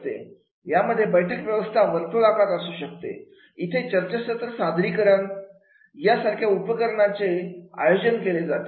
यामध्ये बैठक व्यवस्था वर्तुळाकार असू शकते इथे चर्चासत्र सादरीकरण या सारख्या उपक्रमांचे आयोजन केले जाते